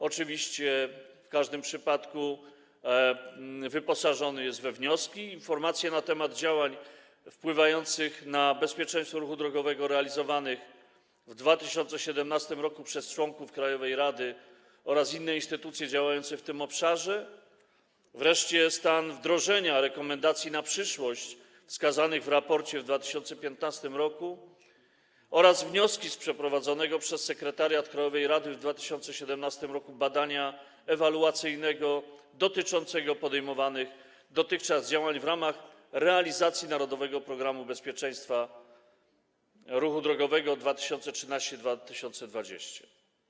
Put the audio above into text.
Oczywiście w każdym przypadku wyposażony jest we wnioski i informacje na temat działań wpływających na bezpieczeństwo ruchu drogowego realizowanych w 2017 r. przez członków krajowej rady oraz inne instytucje działające w tym obszarze, wreszcie stan wdrożenia rekomendacji na przyszłość wskazanych w raporcie w 2015 r. oraz wnioski z przeprowadzonego przez sekretariat krajowej rady w 2017 r. badania ewaluacyjnego dotyczącego podejmowanych dotychczas działań w ramach realizacji „Narodowego programu bezpieczeństwa ruchu drogowego 2013-2020”